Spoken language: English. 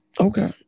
Okay